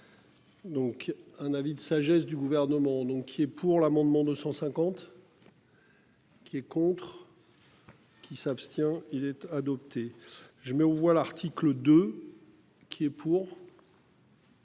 Donc un avis de sagesse du gouvernement. Donc il est pour l'amendement 250. Qui est contre. Qui s'abstient il être adopté je mets aux voix l'article 2. Qui est pour.